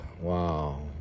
Wow